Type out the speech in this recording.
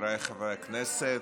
חבריי חברי הכנסת,